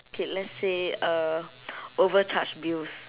K let's say uh overcharged bills